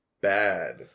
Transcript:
bad